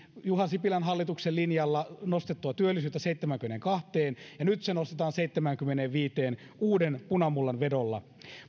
juha sipilän hallituksen linjalla nostettua työllisyyttä seitsemäänkymmeneenkahteen ja nyt se nostetaan seitsemäänkymmeneenviiteen uuden punamullan vedolla